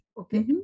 Okay